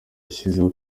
yashyizeho